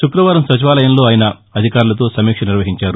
శుక్రవారం సచివాలయంలో ఆయన అధికారులతో సమీక్ష నిర్వహించారు